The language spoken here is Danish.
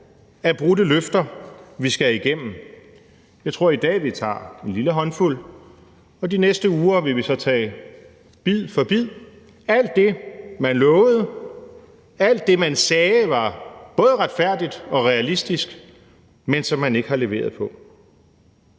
af brudte løfter, vi skal igennem. Jeg tror, vi i dag tager en lille håndfuld, og de næste uger vil vi så tage bid for bid af alt det, man lovede, alt det, man sagde var både retfærdigt og realistisk, men som man ikke har leveret på.